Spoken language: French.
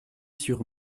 sur